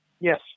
Yes